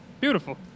Beautiful